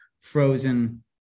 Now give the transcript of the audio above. frozen